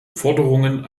forderungen